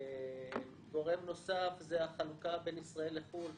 גורם נוסף זה החלוקה בין ישראל לחו"ל.